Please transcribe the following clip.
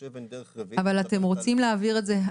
יש אבן דרך רביעית --- אבל אתם רוצים להעביר את זה,